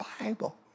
Bible